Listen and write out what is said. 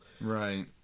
Right